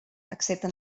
excepte